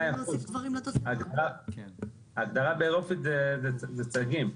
ההגדרה האירופית זה צגים.